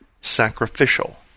Sacrificial